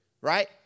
right